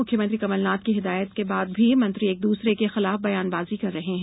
मुख्यमंत्री कमलनाथ की हिदायत के बाद भी मंत्री एक दूसरे के खिलाफ बयान बाजी कर रहे हैं